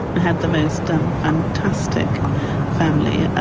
i had the most um fantastic family. ah